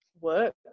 work